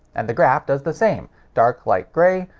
and the graph does the same dark light grey,